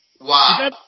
Wow